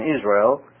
Israel